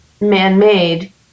man-made